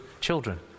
Children